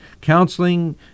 counseling